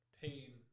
pain